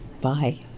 Bye